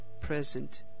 present